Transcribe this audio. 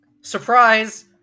surprise